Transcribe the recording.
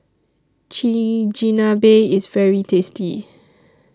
Chigenabe IS very tasty